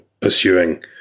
pursuing